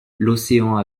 l’océan